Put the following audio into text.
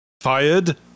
Fired